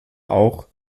auch